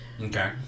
Okay